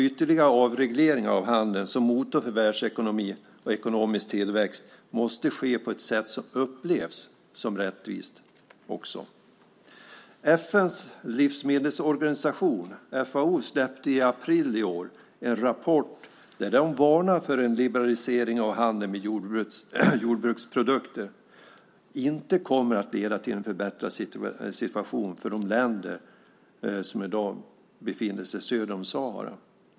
Ytterligare avregleringar av handeln som motor för världsekonomin och ekonomisk tillväxt måste ske på ett sätt som också upplevs som rättvist. FN:s livsmedelsorganisation, FAO, släppte i april i år en rapport där de varnar för att en liberalisering av handeln med jordbruksprodukter inte kommer att leda till en förbättrad situation för länderna söder om Sahara.